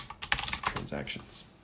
Transactions